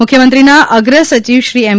મુખ્યમંત્રીના અગ્રસચિવ શ્રી એમ